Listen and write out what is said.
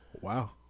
Wow